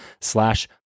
slash